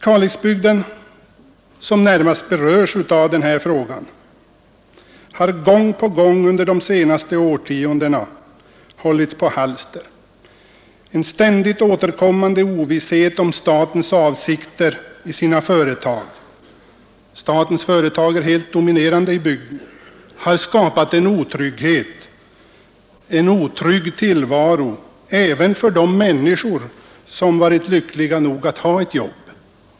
Kalixbygden, som närmst berörs av den här frågan, har gång på gång under de senaste årtiondena hållits på halster. En ständigt återkommande ovisshet om statens avsikter i sina företag — statens företag är helt dominerande i bygden — har skapat en otrygg tillvaro även för de människor som varit lyckliga nog att ha ett jobb.